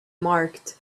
marked